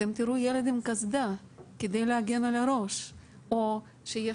אתם תראו ילד עם קסדה כדי להגן על הראש או שיש